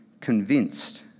convinced